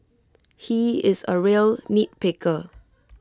he is A real nitpicker